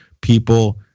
people